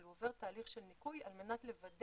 אבל הוא עובר תהליך של ניקוי על מנת לוודא